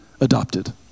Adopted